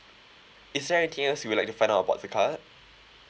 is there anything else you would like to find out about the card